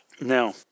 Now